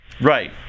Right